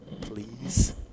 please